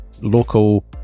local